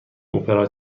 اپرا